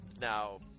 now